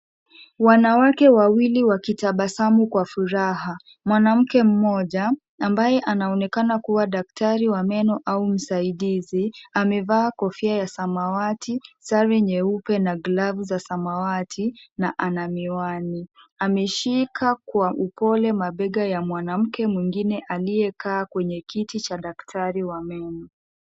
Wanawake wawili wakitabasamu kwa furaha. Mwanamke mmoja, ambaye anaonekana kuwa daktari wa meno au msaidizi, amevaa kofia ya samawati, sare nyeupe, na glavu za samawati, na ana miwani. Ameshika kwa upole mabega ya mwanamke mwingine aliyekaa kwenye kiti cha daktari wa meno.